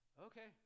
Okay